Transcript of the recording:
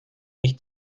nicht